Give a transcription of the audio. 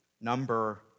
number